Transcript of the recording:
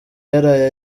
yaraye